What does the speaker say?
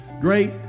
Great